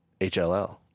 HLL